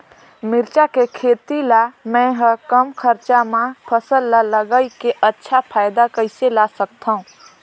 मिरचा के खेती ला मै ह कम खरचा मा फसल ला लगई के अच्छा फायदा कइसे ला सकथव?